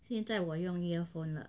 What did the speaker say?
现在我用 earphone